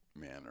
manner